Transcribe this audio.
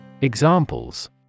Examples